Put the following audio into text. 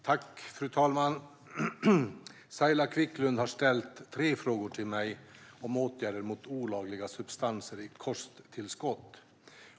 Fru talman! Saila Quicklund har ställt tre frågor till mig om åtgärder mot olagliga substanser i kosttillskott.